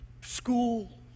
school